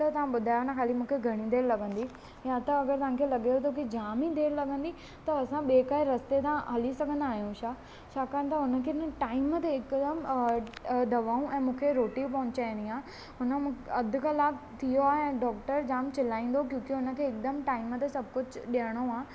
त तव्हां ॿुधायो न ख़ाली मूंखे घणी देर लॻंदी या त अगरि तव्हांखे लॻे थो कि जाम ई देर लॻंदी त असां ॿिएं काए रस्ते सां हली सघंदा आहियूं छा छाकाणि त हुन खे टाइम ते हिकदमि दवाऊं ऐं मूंखे रोटी पहुचाइणी आहे हुन मूंखे अधु कलाकु थी वियो आहे ऐं डॉक्टर जाम चिलाईंदो क्योकि हुनखे हिकदमि टाइम ते सभु कुझु ॾियणो आहे